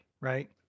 right